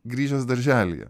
grįžęs darželyje